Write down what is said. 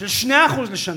של 2% בשנה.